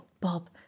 bob